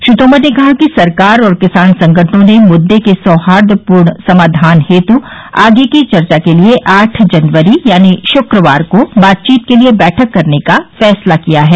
श्री तोमर ने कहा कि सरकार और किसान संगठनों ने मुद्दे के सौहार्द्रपूर्ण समाधान के लिए आगे की चर्चा के लिए आठ जनवरी यानी शुक्रवार को बातचीत के लिए बैठक करने का फैसला किया है